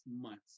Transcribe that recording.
months